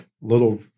little